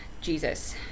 Jesus